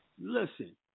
Listen